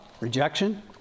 rejection